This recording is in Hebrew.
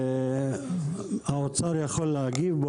האוצר יכול להגיב?